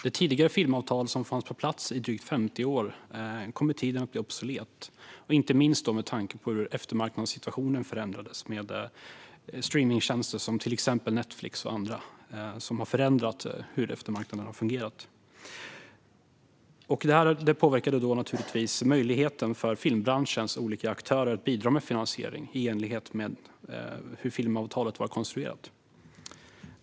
Det tidigare filmavtal som fanns på plats i drygt 50 år kom med tiden att bli obsolet, inte minst med tanke på hur eftermarknadssituationen förändrades. Streamingtjänster som till exempel Netflix förändrade hur eftermarknaden fungerade. Detta påverkade naturligtvis möjligheten för filmbranschens olika aktörer att bidra med finansiering i enlighet med hur filmavtalet var konstruerat.